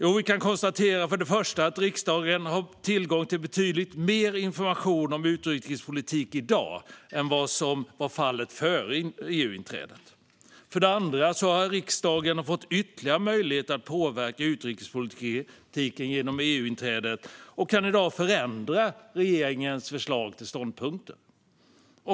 För det första kan vi konstatera att riksdagen har tillgång till betydligt mer information om utrikespolitik i dag än vad som var fallet före EU-inträdet. För det andra har riksdagen fått ytterligare möjligheter att påverka utrikespolitiken genom EU-inträdet och kan i dag förändra regeringens förslag till ståndpunkter.